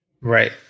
Right